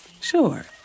Sure